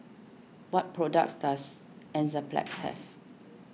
what products does Enzyplex have